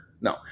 no